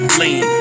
lean